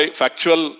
factual